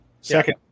Second